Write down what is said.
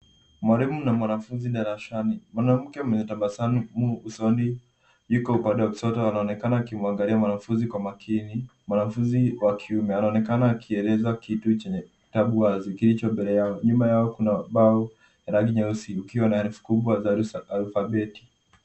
Mwalimu na mwanafunzi darasani. Mwanamke mwenye tabasamu usoni yuko upande wa kushoto anaonekana akimwangalia mwanafunzi kwa makini. Mwanafunzi wa kiume anaonekana akieleza kitu cha kitabu kilicho mbele yao. Nyuma yao kuna bao jeusi likiwa na herufi kubwa za alphabeti.